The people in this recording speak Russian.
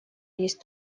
есть